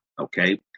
okay